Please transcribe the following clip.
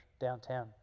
downtown